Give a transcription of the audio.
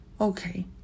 Okay